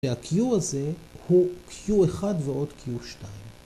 ‫וה-Q הזה הוא Q1 ועוד Q2.